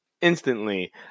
instantly